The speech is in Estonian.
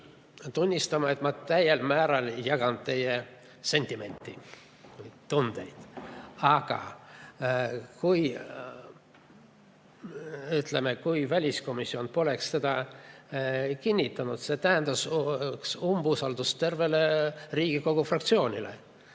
tunnistama, et ma täiel määral jagan teie sentimenti, tundeid. Aga kui väliskomisjon poleks teda kinnitanud, tähendaks see umbusaldust tervele Riigikogu fraktsioonile.